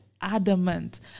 adamant